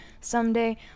Someday